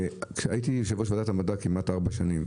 כשהייתי יושב ראש ועדת המדע כמעט ארבע שנים,